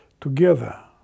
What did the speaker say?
together